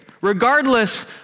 Regardless